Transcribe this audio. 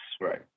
Right